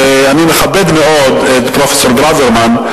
ואני מכבד מאוד את פרופסור ברוורמן,